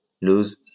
lose